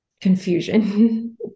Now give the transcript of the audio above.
confusion